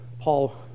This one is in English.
Paul